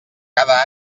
cada